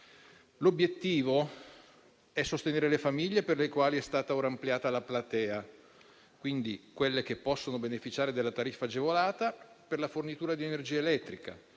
L'obiettivo è sostenere le famiglie, infatti è stata ora ampliata la platea di quelle che possono beneficiare della tariffa agevolata per la fornitura di energia elettrica.